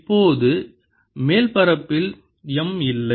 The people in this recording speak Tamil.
இப்போது மேல் மேற்பரப்பில் M இல்லை